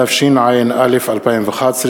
התשע"א 2011,